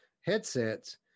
headsets